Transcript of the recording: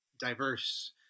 diverse